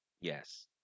yes